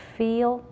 feel